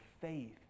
faith